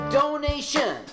donation